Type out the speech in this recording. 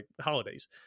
holidays